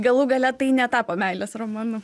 galų gale tai netapo meilės romanu